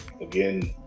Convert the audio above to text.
again